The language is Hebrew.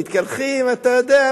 אתה יודע,